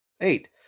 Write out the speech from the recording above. Eight